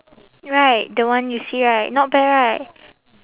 right the one you see right not bad right